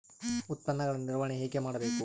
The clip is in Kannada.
ಉತ್ಪನ್ನಗಳ ನಿರ್ವಹಣೆ ಹೇಗೆ ಮಾಡಬೇಕು?